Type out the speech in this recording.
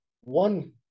one